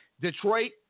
Detroit